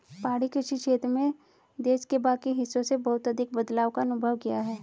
पहाड़ी कृषि क्षेत्र में देश के बाकी हिस्सों से बहुत अधिक बदलाव का अनुभव किया है